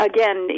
Again